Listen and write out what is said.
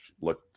Look